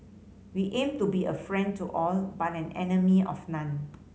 we aim to be a friend to all but an enemy of none